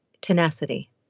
tenacity